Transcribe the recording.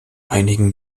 einigen